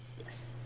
Yes